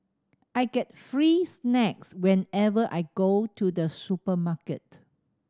I get free snacks whenever I go to the supermarket